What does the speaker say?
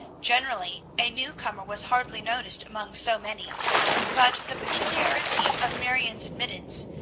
generally a new-comer was hardly noticed among so many but the peculiarity of marion's admittance,